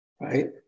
right